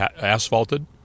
asphalted